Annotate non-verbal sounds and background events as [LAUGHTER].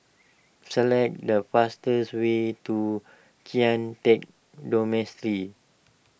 select the fastest way to Kian Teck [UNINTELLIGIBLE]